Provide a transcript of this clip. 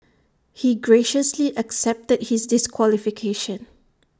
he graciously accepted his disqualification